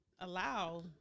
allow